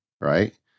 right